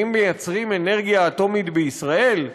האם מייצרים אנרגיה אטומית בישראל?